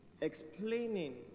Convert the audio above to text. explaining